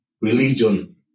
religion